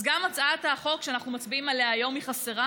אז גם הצעת החוק שאנחנו מצביעים עליה היום היא חסרה,